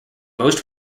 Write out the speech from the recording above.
most